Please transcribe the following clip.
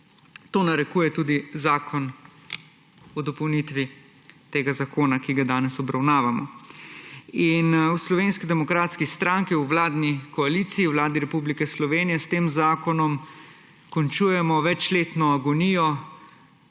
To narekuje tudi zakona o dopolnitvi tega zakona, ki ga danes obravnavamo. V Slovenski demokratski stranki, v vladni koaliciji v Vladi Republike Slovenje s tem zakonom končujemo večletno agonijo,